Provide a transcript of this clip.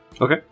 Okay